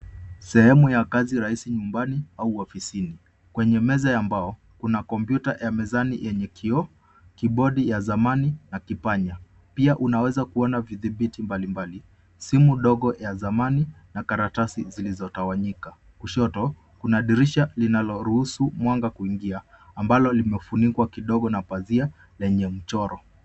Sehemu ya kazi rahisi nyumbani au ofisini. Kwenye meza ya mbao, kuna kompyuta ya mezani yenye kioo, kibodi ya zamani na kipanya. Pia, unaweza kuona vidhibiti mbalimbali, simu dogo ya zmaani na karatasi zilizotawanyika. Kushoto, kuna dirisha linaloruhusu mwanga kuingia ambalo limefunikwa kidogo na pazia lenye mchoro.